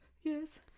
yes